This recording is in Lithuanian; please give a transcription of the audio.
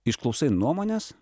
išklausai nuomones